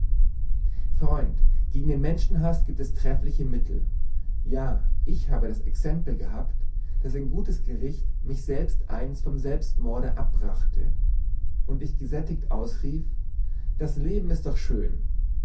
freund gegen den menschenhaß giebt es treffliche mittel ja ich habe das exempel gehabt daß ein gutes gericht mich selbst einst vom selbstmorde abbrachte und ich gesättigt ausrief das leben ist doch schön